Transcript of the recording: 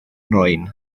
nhrwyn